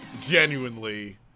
Genuinely